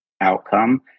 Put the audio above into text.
outcome